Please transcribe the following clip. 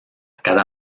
cada